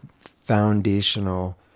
foundational